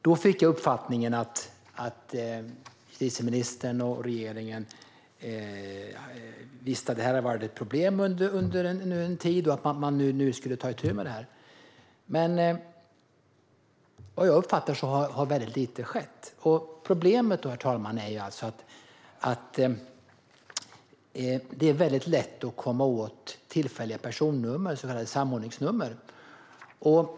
Då fick jag uppfattningen att justitieministern och regeringen kände till att det här har varit ett problem under en tid och att man nu skulle ta itu med det. Som jag uppfattar det har väldigt lite skett. Problemet, herr talman, är att det är väldigt lätt att komma åt tillfälliga personnummer, så kallade samordningsnummer.